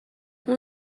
اون